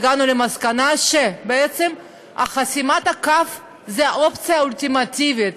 והגענו למסקנה שבעצם חסימת הקו היא האופציה האולטימטיבית.